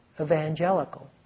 evangelical